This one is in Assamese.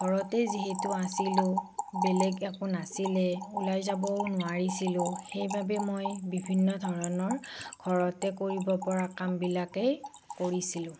ঘৰতেই যিহেতু আছিলো বেলেগ একো নাছিলেই ওলাই যাবও নোৱাৰিছিলোঁ সেইবাবে মই বিভিন্ন ধৰণৰ ঘৰতে কৰিবপৰা কামবিলাকেই কৰিছিলোঁ